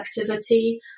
activity